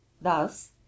Thus